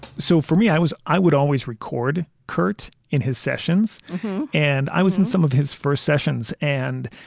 so for me, i was i would always record kurt in his sessions and i was in some of his first sessions. and,